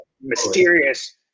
mysterious